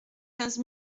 quinze